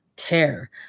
tear